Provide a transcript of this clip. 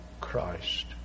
Christ